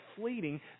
fleeting